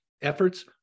efforts